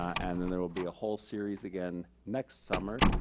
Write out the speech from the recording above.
and then there will be a whole series again next summer.